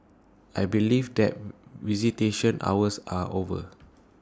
I believe that visitation hours are over